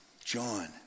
John